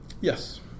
Yes